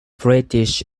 british